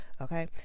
okay